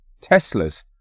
Teslas